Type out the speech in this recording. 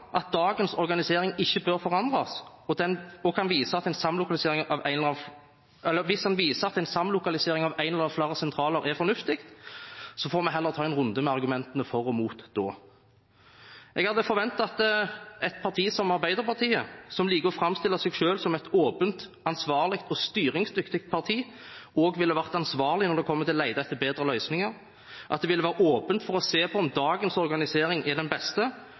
at dagens organisering ikke bør forandres, og hvis den viser at en samlokalisering av en eller flere sentraler er fornuftig, får vi heller ta en runde med argumentene for og imot da. Jeg hadde forventet at et parti som Arbeiderpartiet, som liker å framstille seg selv som et åpent, ansvarlig og styringsdyktig parti, også ville vært ansvarlige når det gjelder å lete etter bedre løsninger, at det ville vært åpent for å se på om dagens organisering er den beste,